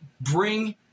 bring